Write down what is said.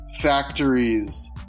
factories